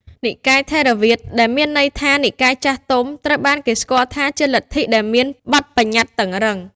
និកាយថេរវាទ ដែលមានន័យថា និកាយចាស់ទុំត្រូវបានគេស្គាល់ថាជាលទ្ធិដែលមានបទប្បញ្ញត្តិតឹងរ៉ឹង។